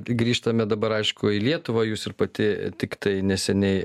grįžtame dabar aišku į lietuvą jūs ir pati tiktai neseniai